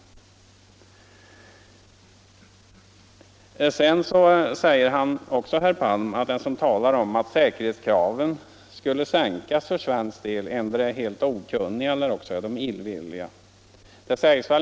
europeiska Så säger herr Palm att den som talar om att säkerhetskraven skulle = gemenskaperna, sänkas för svensk del är antingen helt okunnig eller också illvillig.